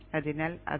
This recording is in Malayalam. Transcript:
അതിനാൽ അതാണ്